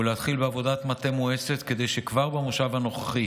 ולהתחיל בעבודת מטה מואצת, כדי שכבר במושב הנוכחי